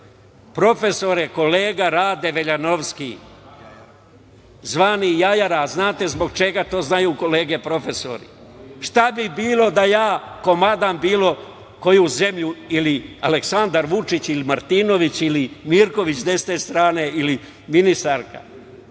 citat. Profesore, kolega Rade Veljanovski, zvani jajara, a znate zbog čega, to znate kolege profesori, šta bi bilo da ja komadam bilo koju zemlju, ili Aleksandar Vučić, ili Martinović, ili Mirković da je sa te strane ili ministarka?